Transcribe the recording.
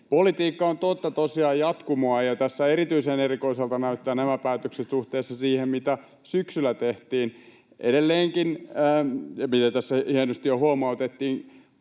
Politiikka on totta tosiaan jatkumoa, ja tässä erityisen erikoisilta näyttävät nämä päätökset suhteessa siihen, mitä syksyllä tehtiin. Edelleenkin, mistä tässä hienosti jo huomautettiin,